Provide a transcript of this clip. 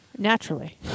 naturally